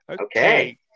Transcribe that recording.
Okay